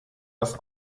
das